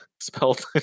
Spelled